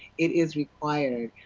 it is required.